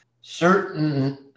certain